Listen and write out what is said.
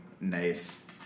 Nice